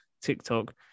TikTok